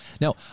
Now